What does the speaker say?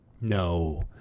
No